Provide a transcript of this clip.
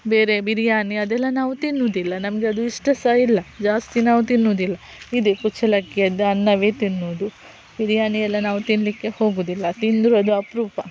ಬೇರೆ ಬಿರಿಯಾನಿ ಅದೆಲ್ಲ ನಾವು ತಿನ್ನುವುದಿಲ್ಲ ನಮಗೆ ಅದು ಇಷ್ಟ ಸಹ ಇಲ್ಲ ಜಾಸ್ತಿ ನಾವು ತಿನ್ನುವುದಿಲ್ಲ ಇದೆ ಕುಚಲಕ್ಕಿ ಅದು ಅನ್ನವೇ ತಿನ್ನುವುದು ಬಿರಿಯಾನಿಯೆಲ್ಲ ನಾವು ತಿನ್ನಲಿಕ್ಕೆ ಹೋಗುವುದಿಲ್ಲ ತಿಂದರೂ ಅದು ಅಪರೂಪ